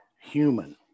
human